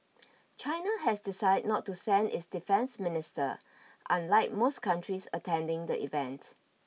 China has decided not to send its defence minister unlike most countries attending the event